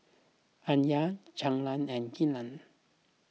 Aliyah Caylee and Kylan